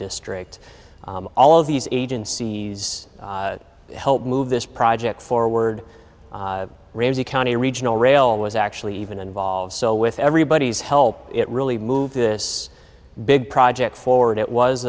district all of these agencies helped move this project forward ramsey county regional rail was actually even involved so with everybody's help it really moved this big project forward it